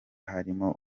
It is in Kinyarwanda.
harimo